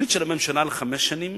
בתוכנית של הממשלה לחמש שנים